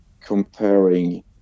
comparing